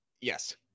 Yes